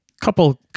couple